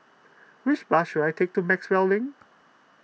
which bus should I take to Maxwell Link